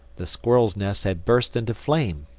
the squirrel's nest had burst into flame.